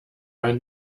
ein